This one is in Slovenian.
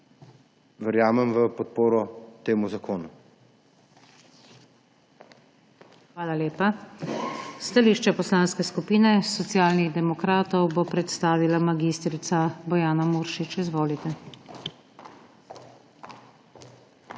verjamem v podporo temu zakonu.